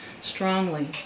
strongly